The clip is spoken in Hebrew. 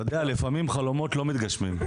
אתה יודע, לפעמים חלומות לא מתגשמים...